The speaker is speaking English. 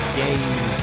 game